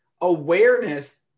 awareness